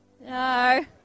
No